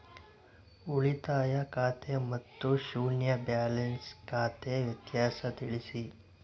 ಉಳಿತಾಯ ಖಾತೆ ಮತ್ತೆ ಶೂನ್ಯ ಬ್ಯಾಲೆನ್ಸ್ ಖಾತೆ ವ್ಯತ್ಯಾಸ ತಿಳಿಸಿ?